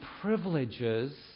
privileges